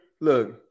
look